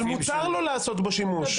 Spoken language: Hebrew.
אבל מותר לו לעשות בו שימוש.